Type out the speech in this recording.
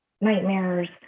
nightmares